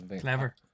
clever